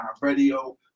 Radio